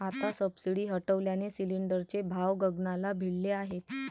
आता सबसिडी हटवल्याने सिलिंडरचे भाव गगनाला भिडले आहेत